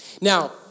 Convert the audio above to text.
Now